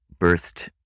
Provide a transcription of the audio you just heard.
birthed